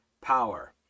power